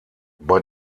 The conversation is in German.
bei